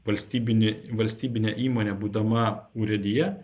valstybinė valstybinė įmonė būdama urėdija